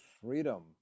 freedom